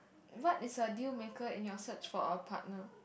what is your dealmaker in your search for a partner